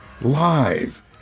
Live